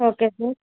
okay sir